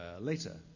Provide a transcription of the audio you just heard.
later